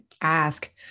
ask